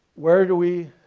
where do we